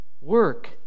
work